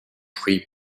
tree